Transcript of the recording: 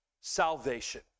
salvation